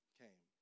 came